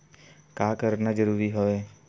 का करना जरूरी हवय?